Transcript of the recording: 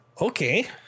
Okay